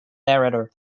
narrator